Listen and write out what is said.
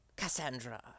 Cassandra